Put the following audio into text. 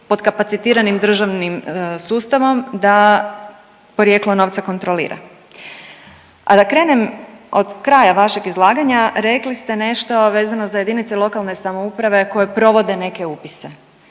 potkapacitiranim državnim sustavom da porijeklo novca kontrolira. A da krenem od kraja vašeg izlaganja rekli ste nešto vezano za jedinice lokalne samouprave koje provode neke upise.